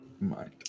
Mind